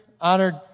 Honored